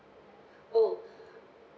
oh